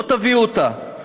לא תביאו אותה.